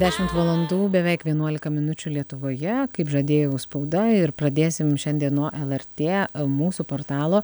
dešimt valandų beveik vienuolika minučių lietuvoje kaip žadėjau spauda ir pradėsim šiandien nuo lrt mūsų portalo